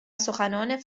سخنان